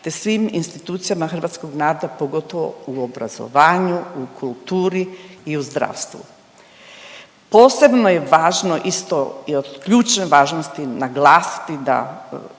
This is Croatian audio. te svim institucijama hrvatskog naroda pogotovo u obrazovanju, u kulturi i u zdravstvu. Posebno je važno isto i od ključne važnosti naglasiti da